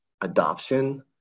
adoption